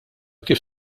kif